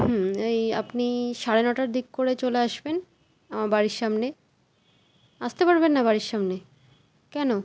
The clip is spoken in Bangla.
হুম এই আপনি সাড়ে নটার দিক করে চলে আসবেন আমার বাড়ির সামনে আসতে পারবেন না বাড়ির সামনে কেন